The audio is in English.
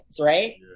right